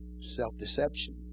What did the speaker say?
Self-deception